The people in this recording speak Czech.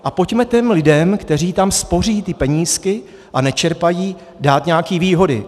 A pojďme těm lidem, kteří tam spoří ty penízky a nečerpají, dát nějaké výhody.